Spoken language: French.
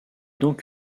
donc